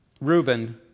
Reuben